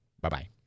Bye-bye